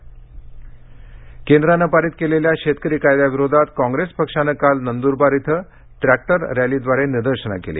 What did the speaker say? tractor rally Nandurbar केंद्राने पारित केलेल्या शेतकरी कायद्याविरोधात काँग्रेस पक्षाने काल नंदुरबार इथं ट्रॅक्टर रॅलीद्वारे निदर्शनं केली